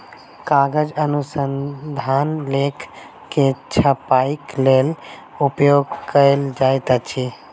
कागज अनुसंधान लेख के छपाईक लेल उपयोग कयल जाइत अछि